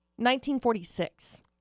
1946